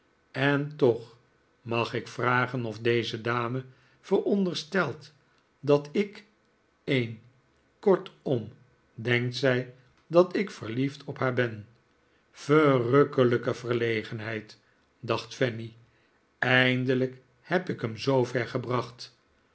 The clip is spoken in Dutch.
en toch mag ik vragen of deze dame veronderstelt dat ik een kortom denkt zij dat ik verliefd op haar ben verrukkelijke verlegenheid dacht fanny eindelijk heb ik hem zoover gebracht